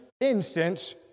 incense